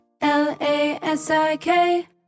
L-A-S-I-K